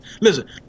Listen